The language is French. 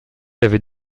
l’avez